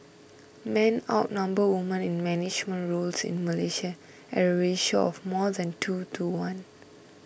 men outnumber women in management roles in Malaysia at a ratio of more than two to one